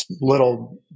little